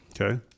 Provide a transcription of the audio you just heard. Okay